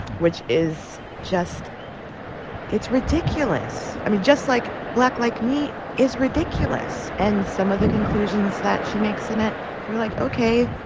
which is just it's ridiculous i mean, just like black like me is ridiculous. and some of the conclusions that she makes in it you're like, ok.